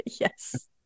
Yes